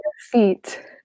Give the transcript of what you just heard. feet